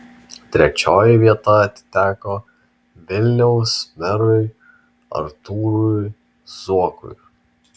trečioji vieta atiteko vilniaus merui artūrui zuokui